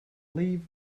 leave